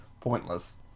pointless